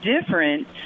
different